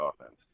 offense